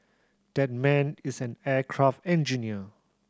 that man is an aircraft engineer